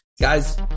guys